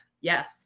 Yes